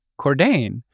Cordain